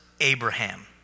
Abraham